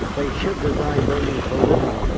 they should design buildings for living,